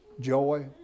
joy